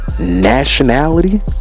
nationality